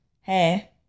hey